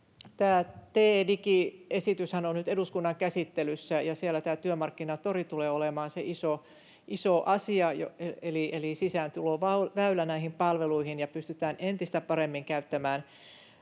TE-digiesityshän on nyt eduskunnan käsittelyssä, ja siellä Työmarkkinatori tulee olemaan se iso asia, eli sisääntuloväylä näihin palveluihin, jolla pystytään entistä paremmin käyttämään